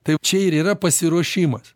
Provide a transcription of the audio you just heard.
taip čia ir yra pasiruošimas